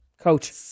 Coach